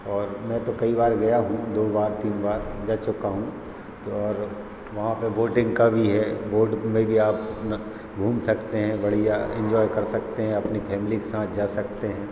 और मैं तो कई बार गया हूँ दो बार तीन बार जा चुका हूँ तो और वहाँ पे बोटिंग का भी है बोट में भी आप अपना घूम सकते हैं बढ़िया इन्जॉय कर सकते हैं अपनी फैमिली के साथ जा सकते हैं